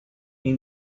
این